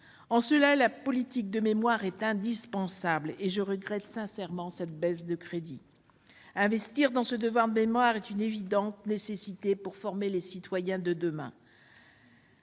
La politique de mémoire est donc indispensable, et je regrette sincèrement cette baisse des crédits. Investir dans le devoir de mémoire est une évidente nécessité pour former les citoyens de demain.